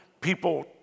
people